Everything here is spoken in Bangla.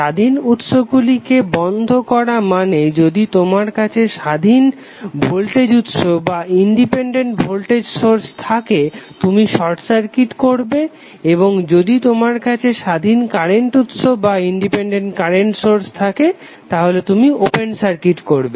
স্বাধীন উৎসগুলিকে বন্ধ করা মানে যদি তোমার কাছে স্বাধীন ভোল্টেজ উৎস থাকে তুমি শর্ট সার্কিট করবে এবং যদি তোমার কাছে স্বাধীন কারেন্ট উৎস থাকে তাহলে তুমি ওপেন সার্কিট করবে